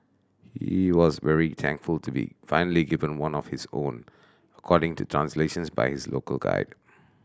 he was very thankful to be finally given one of his own according to translations by is local guide